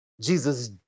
Jesus